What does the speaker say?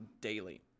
daily